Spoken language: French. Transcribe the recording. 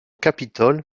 capitole